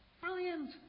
Brilliant